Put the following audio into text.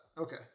Okay